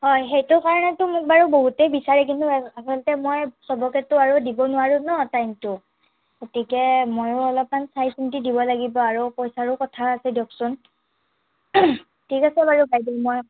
অ' সেইটো কাৰণেতো মোক বাৰু বহুতেই বিচাৰে কিন্তু আছলতে মই চবকেতো আৰু দিব নোৱাৰো ন টাইমটো গতিকে ময়ো অলপমান চাই চিন্তি দিব লাগিব আৰু পইচাৰো কথা আছে দিয়কচোন ঠিক আছে বাৰু বাইদ' মই